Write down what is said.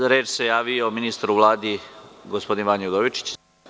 Za reč se javio ministar u Vladi, gospodin Vanja Udovičić.